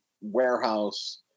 warehouse